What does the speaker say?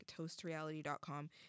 toastreality.com